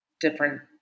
different